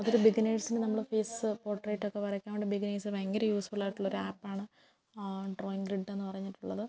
അതൊര് ബിഗിനേഴ്സിന് നമ്മള് ഫേസ് പോർട്രൈറ്റൊക്കെ വരയ്ക്കാൻ വേണ്ടി ബിഗിനേഴ്സിന് ഭയങ്കര യൂസ്ഫുള്ളായിട്ടുള്ള ഒരാപ്പാണ് ആ ഡ്രോയിങ് ഗ്രിഡെന്ന് പറഞ്ഞിട്ടുള്ളത്